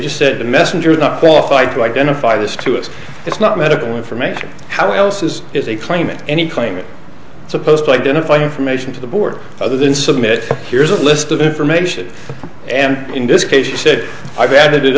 just said the messenger is not qualified to identify this to us it's not medical information how else is is a claimant any claim that supposed to identify information to the board other than submit here's a list of information and in this case she said i've added it